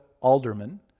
alderman